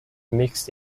mixed